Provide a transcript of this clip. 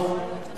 טוב,